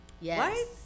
Yes